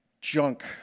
junk